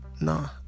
nah